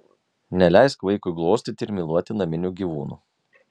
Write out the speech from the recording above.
neleisk vaikui glostyti ir myluoti naminių gyvūnų